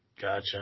Gotcha